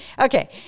Okay